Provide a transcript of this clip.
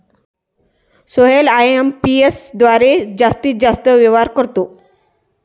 Sohail IMPS द्वारे जास्तीत जास्त व्यवहार करतो